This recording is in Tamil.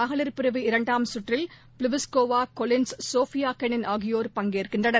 மகளிர் பிரிவு இரண்டாம் கற்றில் பிலிஸ்கோவா கோலின்ஸ் சோஃபியாகெனின் ஆகியோர் பங்கேற்கின்றனர்